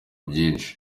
byinshi